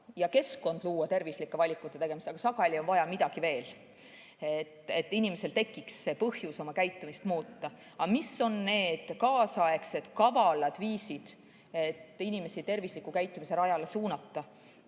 luua keskkond tervislike valikute tegemiseks, aga sageli on vaja midagi veel, et inimesel tekiks põhjus oma käitumist muuta. Mis on need kaasaegsed kavalad viisid, et inimesi tervisliku käitumise rajale suunata?